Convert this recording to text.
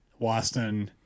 Waston